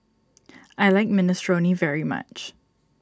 I like Minestrone very much